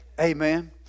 Amen